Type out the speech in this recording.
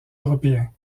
européens